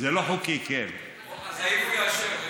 אוקיי, אז האם הוא יאשר?